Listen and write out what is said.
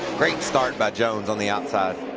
great starby but jones on the outside.